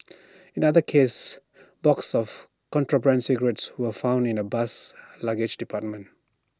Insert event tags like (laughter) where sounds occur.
(noise) in another case boxes of contraband cigarettes were found in A bus's luggage department